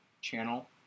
channel